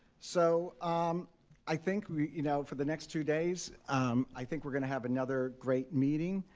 so um i think you know for the next two days um i think we're going to have another great meeting.